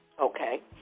Okay